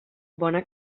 bona